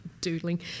doodling